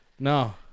No